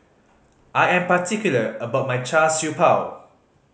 I am particular about my Char Siew Bao